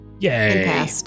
Yay